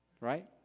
right